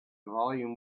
volume